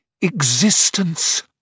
existence